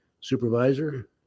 supervisor